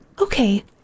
Okay